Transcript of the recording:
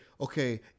okay